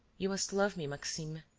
you must love me, maxime,